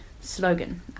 slogan